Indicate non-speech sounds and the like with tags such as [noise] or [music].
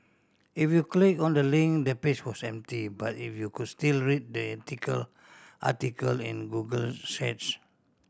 if you click on the link the page was empty but you will could still read the [unintelligible] article in Google's cache